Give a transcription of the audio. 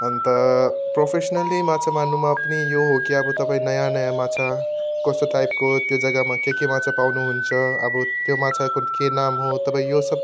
अन्त प्रोफेसनली माछा मार्नुमा पनि यो हो कि अब तपाईँ नयाँ नयाँ माछा कस्तो टाइपको त्यो जग्गामा के के माछा पाउनु हुन्छ अब त्यो माछाको के नाम हो तपाईँ यो सब